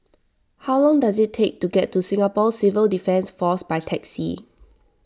how long does it take to get to Singapore Civil Defence force by taxi